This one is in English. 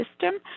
system